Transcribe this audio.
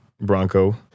Bronco